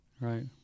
right